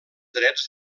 drets